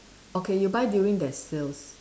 okay you buy during their sales